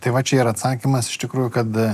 tai va čia ir atsakymas iš tikrųjų kad